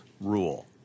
rule